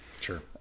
Sure